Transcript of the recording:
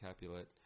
Capulet